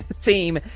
team